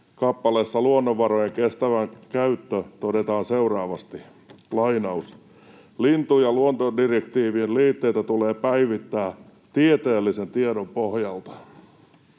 kappaleessa ”Luonnonvarojen kestävä käyttö” todetaan seuraavasti: ”lintu‑ ja luontodirektiivin liitteitä tulee päivittää tieteellisen tiedon pohjalta”.